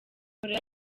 koreya